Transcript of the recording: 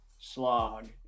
slog